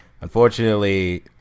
Unfortunately